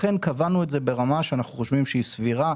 לכן קבענו את זה ברמה שאנחנו חושבים שהיא סבירה.